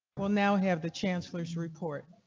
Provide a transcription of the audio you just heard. well now have the chancellor's report.